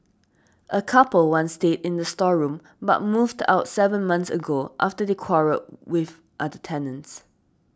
a couple once stayed in the storeroom but moved out seven months ago after they quarrelled with other tenants